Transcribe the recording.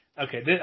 Okay